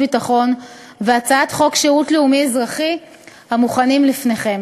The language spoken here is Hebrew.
ביטחון והצעת חוק שירות לאומי-אזרחי המונחים לפניכם.